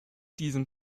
diesem